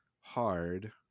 hard